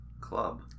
Club